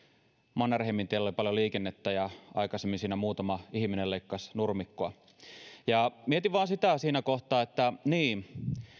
mannerheimintiellä oli paljon liikennettä ja aikaisemmin siinä muutama ihminen leikkasi nurmikkoa mietin siinä kohtaa vain sitä että niin